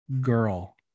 girl